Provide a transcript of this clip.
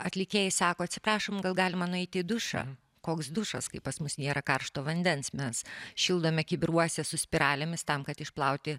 atlikėjai sako atsiprašom gal galima nueiti į dušą koks dušas kai pas mus nėra karšto vandens mes šildome kibiruose su spiralėmis tam kad išplauti